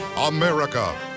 America